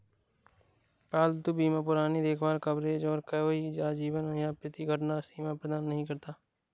पालतू बीमा पुरानी देखभाल कवरेज और कोई आजीवन या प्रति घटना सीमा प्रदान नहीं करता